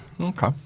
okay